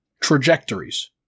trajectories